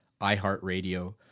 iHeartRadio